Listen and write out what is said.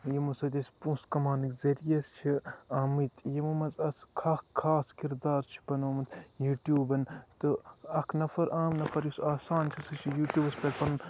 یِمو سۭتۍ أسۍ پونسہٕ کَماونٕکۍ ذٔریعہٕ چھِ آمٕتۍ یِمو منٛز ٲسۍ اکھ خاص کِردار چھُ بَنومُت یوٗٹوٗبَن تہٕ اکھ نَفرعام نَفر یُس آسان چھُ سُہ چھُ یوٗٹوٗبَس پٮ۪ٹھ پَنُن